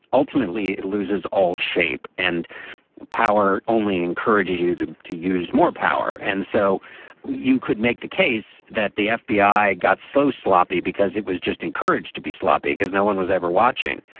ultimately it loses all shape and power only encourages you to to use more power. and so you could make the case that the fbi got so sloppy because it was just encouraged to be sloppy because no one was ever watching.